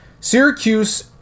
Syracuse